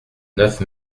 neuf